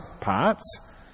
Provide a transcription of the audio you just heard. parts